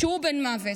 שהוא בן מוות.